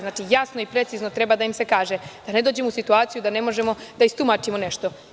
Znači, jasno i precizno treba da im se kaže, da ne dođemo u situaciju da ne možemo da istumačimo nešto.